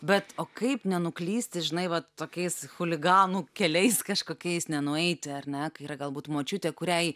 bet o kaip nenuklysti žinai va tokiais chuliganų keliais kažkokiais nenueiti ar ne kai yra galbūt močiutė kuriai